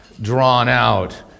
drawn-out